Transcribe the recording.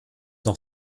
noch